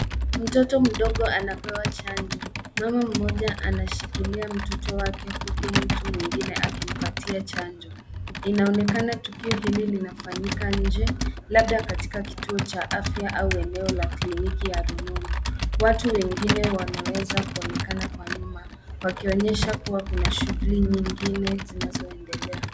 Mtoto mdogo anapewa chanjo. Mama mmoja anashikilia mtoto wake huku mtu mwingine akimpatia chanjo. Inaonekana tukio hili linafanyika nje labda katika kituo cha afya au eneo la kliniki ya rununu. Watu wengine wameweza kuonekana kwa nyuma wakionyesha kuwa kuna shughuli nyingine zinazoendelea.